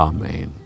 Amen